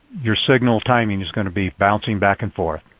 your signal timing is going to be bouncing back and forth.